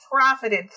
profited